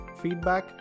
feedback